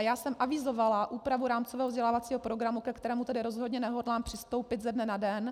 Já jsem avizovala úpravu rámcového vzdělávacího programu, ke kterému rozhodně nehodlám přistoupit ze dne na den.